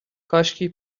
کاشکی